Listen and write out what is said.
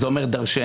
זה אומר דרשני.